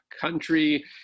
country